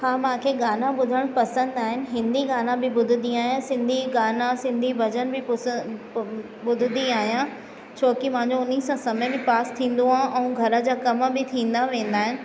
हा मांखे गाना ॿुधण पसंदि आहिनि हिंदी गाना बि ॿुधंदी आहियां सिंधी गाना सिंधी भॼन बि पुस ॿुधंदी आहियां छोकि मांजो हुन सां समय बि पास थींदो आहे ऐं घर जा कम बि थींदा वेंदा आहिनि